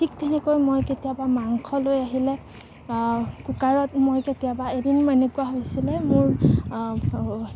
ঠিক তেনেকৈ মই কেতিয়াবা মাংস লৈ আহিলে কুকাৰত মই কেতিয়াবা এদিন মোৰ এনেকুৱা হৈছিলে মোৰ